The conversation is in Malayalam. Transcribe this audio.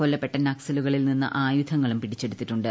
കൊല്ലപ്പെട്ട നക്സലുകളിൽ നിന്ന് ആയുധങ്ങളും പിടിച്ചെടുത്തിട്ടുണ്ട്